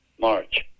March